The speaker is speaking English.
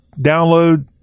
download